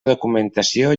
documentació